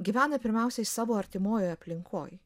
gyvena pirmiausiai savo artimojoj aplinkoj